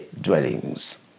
dwellings